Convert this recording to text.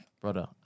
brother